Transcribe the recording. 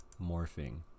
Morphing